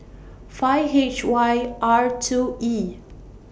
five H Y R two E